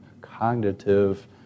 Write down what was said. cognitive